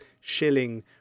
shilling